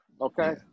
Okay